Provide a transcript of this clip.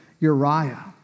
Uriah